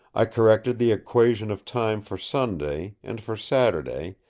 i corrected the equation of time for sunday and for saturday,